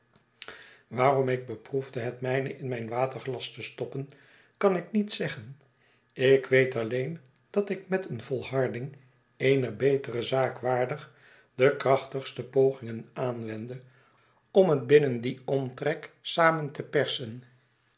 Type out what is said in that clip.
waarom ik beproefde het mijne in mijn waterglas te stoppen kan ik niet zeggen ik weet alleen dat ik met eene volharding eenerbetere zaak waardig de krachtigste pogingen aanwendde om het binnen dien omtrek samen te persen